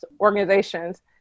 organizations